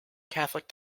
catholic